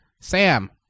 Sam